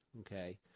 Okay